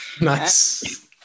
nice